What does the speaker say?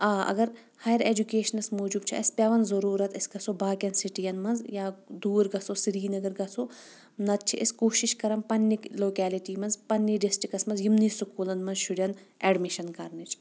آ اگر higher educations موجوٗب چھ اَسہِ پٮ۪وان ضروٗرَت أسۍ گژھو باقین سِٹین منٛز یا دوٗر گژھو سری نگر گژھو نَتہٕ چھ أسۍ کوٗشِش کران پننہِ لوکیلٹی منٛز پننہِ ڈِسِکٹس منٛز یِمنے سکوٗلن منٛز شُرٮ۪ن ایڈمِشن کرنٕچ